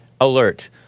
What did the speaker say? alert